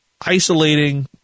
isolating